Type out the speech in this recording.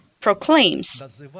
proclaims